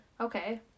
Okay